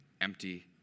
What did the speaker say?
empty